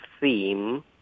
theme